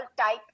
type